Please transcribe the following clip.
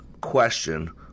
question